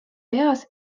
peas